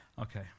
Okay